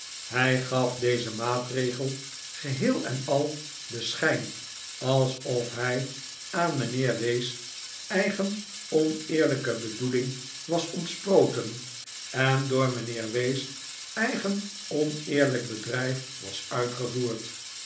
hij gaf dezen maatregel geheel en al den schijn alsof hij aan mijnheer w s eigen oneerlijke bedoeling was ontsproten en door mijnheer w s eigen oneerlijk bedrijf was uitgevoerd